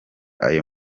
ayo